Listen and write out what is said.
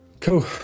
Cool